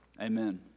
Amen